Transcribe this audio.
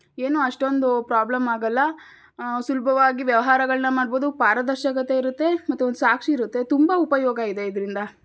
ಏನು ಅಷ್ಟೊಂದು ಪ್ರಾಬ್ಲಮ್ ಆಗಲ್ಲ ಸುಲಭವಾಗಿ ವ್ಯವಹಾರಗಳನ್ನ ಮಾಡ್ಬೋದು ಪಾರದರ್ಶಕತೆ ಇರುತ್ತೆ ಮತ್ತು ಒಂದು ಸಾಕ್ಷಿ ಇರುತ್ತೆ ತುಂಬ ಉಪಯೋಗ ಇದೆ ಇದರಿಂದ